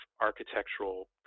architectural